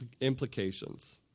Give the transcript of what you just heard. implications